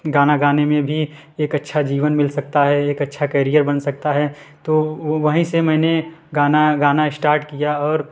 गाना गाने में भी एक अच्छा जीवन मिल सकता है एक अच्छा कैरियर बन सकता है तो वह वहीं से मैंने गाना गाना स्टार्ट किया और